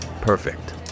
Perfect